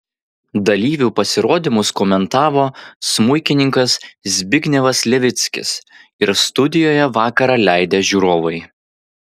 dalyvių pasirodymus komentavo smuikininkas zbignevas levickis ir studijoje vakarą leidę žiūrovai